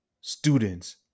students